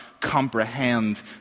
comprehend